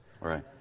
Right